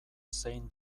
zein